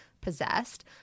possessed